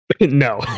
No